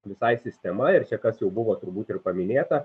visai sistema ir čia kas jau buvo turbūt ir paminėta